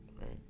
right